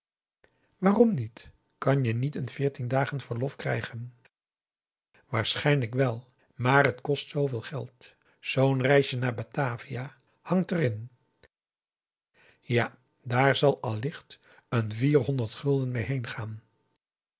waarom niet kan je niet n veertien dagen verlof krijgen waarschijnlijk wel maar het kost zooveel geld zoo'n reisje naar batavia hangt er in ja daar zal allicht n vierhonderd gulden